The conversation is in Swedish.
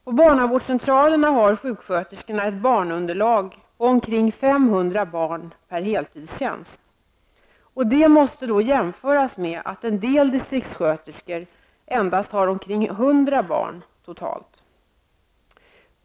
På barnavårdscentralerna har sjuksköterskorna ett barnunderlag på omkring 500 barn per heltidstjänst. Detta måste jämföras med att en del distriktssköterskor endast har ett totalt barnunderlag på omkring 100 barn.